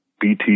bt